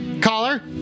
Caller